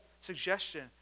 suggestion